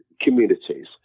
communities